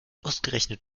ausgerechnet